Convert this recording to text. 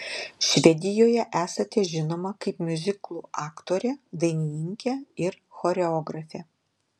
švedijoje esate žinoma kaip miuziklų aktorė dainininkė ir choreografė